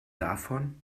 davon